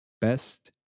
Best